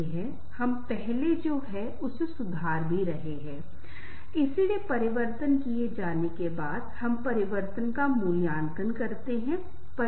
आमतौर पर संबंध अगर किसी का स्वभाव और व्यवहार मेरे स्वभाव और व्यवहार के साथ मेल खाता है तो मैं स्वतः ही उसके बहुत करीब हो जाऊंगा